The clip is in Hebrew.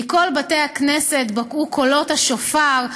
"מכל בתי הכנסת בקעו קולות השופר,